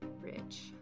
rich